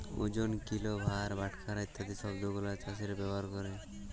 ওজন, কিলো, ভার, বাটখারা ইত্যাদি শব্দ গুলো চাষীরা ব্যবহার ক্যরে